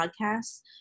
podcasts